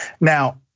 Now